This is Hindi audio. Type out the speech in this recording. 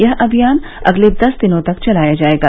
यह अभियान अगले दस दिनों तक चलाया जाएगा